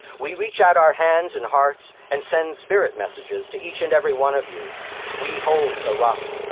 we reach out our hands and hearts and send spirit messages to each and every one of you we hold the rock.